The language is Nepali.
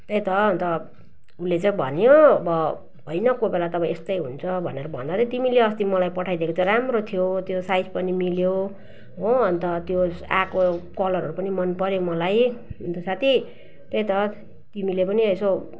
त्यही त अन्त उसले चाहिँ भन्यो अब होइन कोही बेला त अब यस्तै हुन्छ भनेर भन्दा चाहिँ तिमीले अस्ति मलाई पठाइदिएको त राम्रो थियो त्यो साइज पनि मिल्यो हो अन्त त्यो आएको कलरहरू पनि मन पऱ्यो मलाई अन्त साथी त्यही त तिमीले पनि यसो